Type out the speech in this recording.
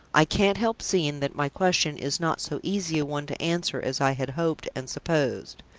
i can't help seeing that my question is not so easy a one to answer as i had hoped and supposed.